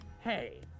Hey